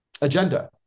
agenda